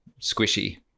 squishy